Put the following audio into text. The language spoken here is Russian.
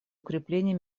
укрепления